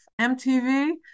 MTV